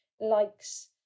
likes